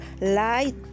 light